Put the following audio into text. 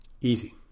Easy